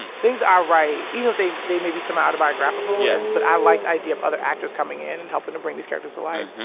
things i write, you know, they they may be semi-autobiographical. yeah and but i like the idea of other actors coming in and helping to bring these characters to life.